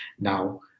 Now